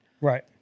Right